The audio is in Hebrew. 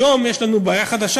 היום יש לנו בעיה חדשה,